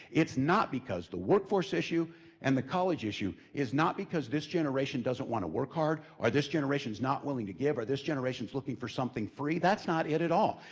it's not because the workforce issue and the college issue is not because this generation doesn't want to work hard, or this generation is not willing to give, or this generation is looking for something free, that's not it at all.